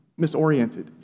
misoriented